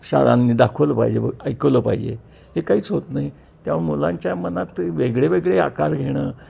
शाळांनी दाखवलं पाहिजे ऐकवलं पाहिजे हे काहीच होत नाही त्या मुलांच्या मनात वेगळे वेगळे आकार घेणं